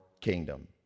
kingdom